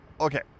Okay